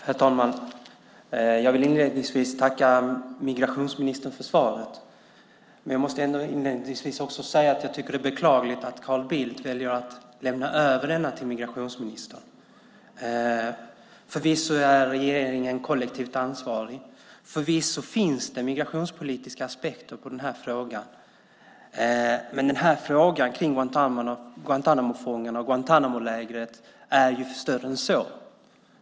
Herr talman! Jag vill inledningsvis tacka migrationsministern för svaret, men jag måste samtidigt säga att det är beklagligt att Carl Bildt väljer att lämna över interpellationen till migrationsministern. Regeringen är förvisso kollektivt ansvarig. Det finns förvisso migrationspolitiska aspekter på frågan, men frågan om Guantánamofångarna och Guantánamolägret är större än så.